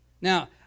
Now